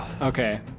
Okay